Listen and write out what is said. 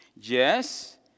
Yes